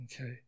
Okay